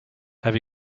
have